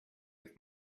with